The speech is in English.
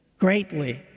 Greatly